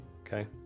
Okay